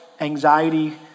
anxiety